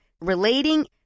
relating